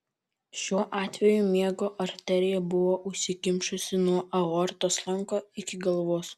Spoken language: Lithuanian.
šiuo atveju miego arterija buvo užsikimšusi nuo aortos lanko iki galvos